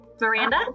Miranda